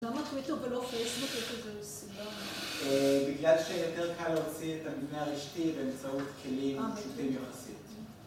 למה טוויטר ולא פייסבוק יש איזו סיבה? בגלל שיותר קל להוציא את המבנה הרישתי באמצעות כלים פשוטים יחסית.